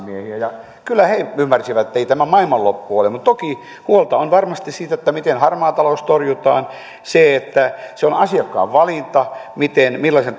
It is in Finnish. ja kyllä he ymmärsivät että ei tämä maailmanloppu ole mutta toki huolta on varmasti siitä miten harmaa talous torjutaan ja siitä että se on asiakkaan valinta millaisen